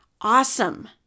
awesome